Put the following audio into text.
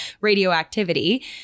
radioactivity